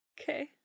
Okay